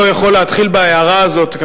לא הייתי יכול שלא להתחיל בהערה הזאת.